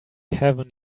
heaven